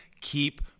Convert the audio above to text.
keep